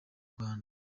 rwanda